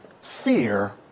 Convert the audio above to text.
fear